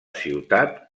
ciutat